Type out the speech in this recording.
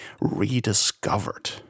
rediscovered